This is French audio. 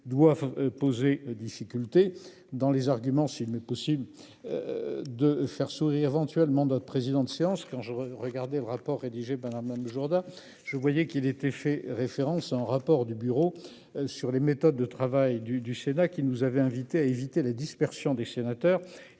doit poser difficulté dans les arguments s'il m'est possible. De faire sourire éventuellement d'notre président de séance qui ont je regarder le rapport rédigé par la même Jourdain je voyais qu'il était fait référence à un rapport du Bureau sur les méthodes de travail du du Sénat qui nous avait invités à éviter la dispersion des sénateurs